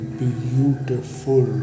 beautiful